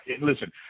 listen